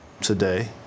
today